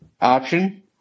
option